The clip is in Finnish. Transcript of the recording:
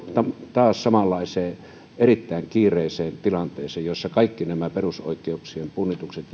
taas samanlaiseen erittäin kiireiseen tilanteeseen jossa kaikki nämä perusoikeuksien punnitukset